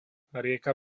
rieka